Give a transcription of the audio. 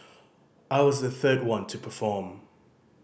I was the third one to perform